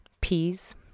peas